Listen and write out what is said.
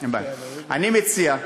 אני מציע,